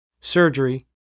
surgery